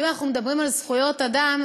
ואם אנחנו מדברים על זכויות אדם,